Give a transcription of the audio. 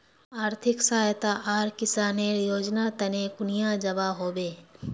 आर्थिक सहायता आर किसानेर योजना तने कुनियाँ जबा होबे?